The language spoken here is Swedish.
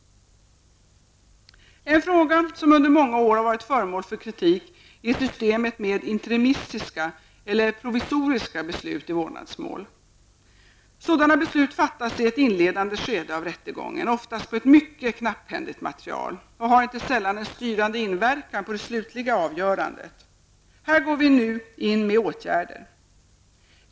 En fråga som under många år har varit föremål för kritik är systemet med interimistiska eller provisoriska beslut i vårdnadsmål. Sådana beslut fattas i ett inledande skede av rättegången, oftast på ett mycket knapphändigt material, och de har inte sällan en styrande inverkan på det slutliga avgörandet. Här går vi nu in med åtgärder.